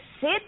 sit